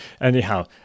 Anyhow